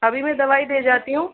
अभी मैं दवाई दे जाती हूँ